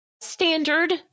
standard